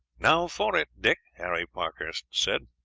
now for it, dick, harry parkhurst said,